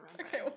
Okay